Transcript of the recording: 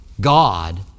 God